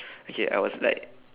okay I was like